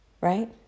Right